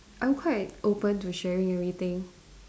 I'm quite open to sharing everything